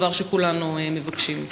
דבר שכולנו מבקשים?